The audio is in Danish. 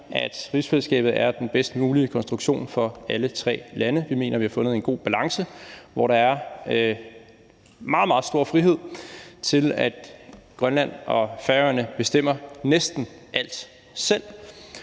at rigsfællesskabet er den bedst mulige konstruktion for alle tre lande. Vi mener, vi har fundet en god balance, hvor der er meget, meget stor frihed til, at Grønland og Færøerne bestemmer næsten alt selv